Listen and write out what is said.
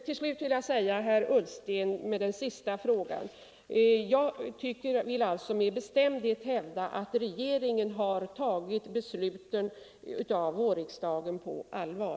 Till slut, herr Ullsten, vill jag med bestämdhet hävda att regeringen har tagit vårriksdagens beslut på allvar.